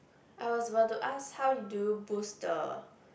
I was about to ask how do you boost the